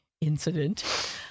incident